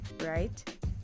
right